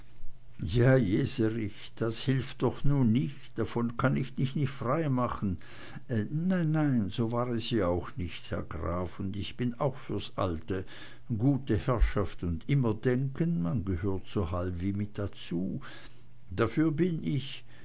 ja jeserich das hilft doch nu nich davon kann ich dich nicht frei machen nein so mein ich es ja auch nich herr graf und bin ja auch fürs alte gute herrschaft und immer denken man gehört so halb wie mit dazu dafür bin ich